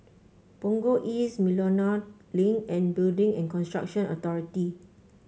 Punggol East Miltonia Link and Building and Construction Authority